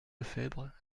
lefevre